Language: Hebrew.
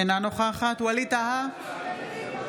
אינה נוכחת ווליד טאהא,